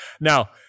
Now